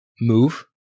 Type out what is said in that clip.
move